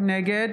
נגד